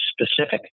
specific